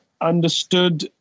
understood